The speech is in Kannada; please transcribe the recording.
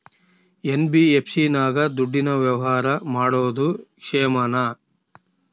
ಎನ್.ಬಿ.ಎಫ್.ಸಿ ನಾಗ ದುಡ್ಡಿನ ವ್ಯವಹಾರ ಮಾಡೋದು ಕ್ಷೇಮಾನ?